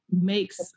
makes